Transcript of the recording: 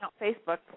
Facebook